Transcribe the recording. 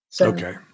Okay